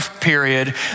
period